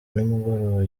nimugoroba